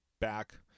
back